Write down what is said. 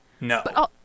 No